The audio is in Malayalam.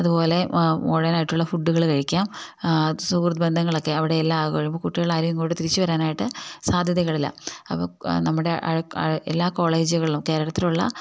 അതുപോലെ മോഡേണായിട്ടുള്ള ഫുഡുകള് കഴിക്കാം സുഹൃദ്ബന്ധങ്ങളൊക്കെ അവിടെ എല്ലാമാകുമ്പോള് കുട്ടികളാരും ഇങ്ങോട്ട് തിരിച്ചുവരാനായിട്ട് സാധ്യതകളില്ല അപ്പം നമ്മുടെ എല്ലാ കോളേജുകളിലും കേരളത്തിലുള്ള